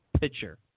pitcher